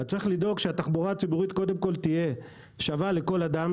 צריך לדאוג שהתחבורה הציבורית תהיה שווה לכל אדם,